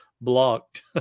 blocked